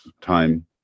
time